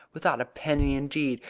without a penny, indeed!